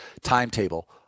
timetable